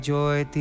Joy